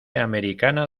americana